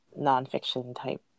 nonfiction-type